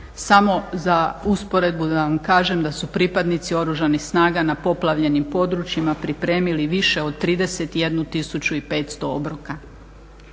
Samo za usporedbu da vam kažem da su pripadnici oružanih snaga na poplavljenim područjima pripremili više od 31 500 obroka.